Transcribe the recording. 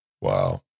wow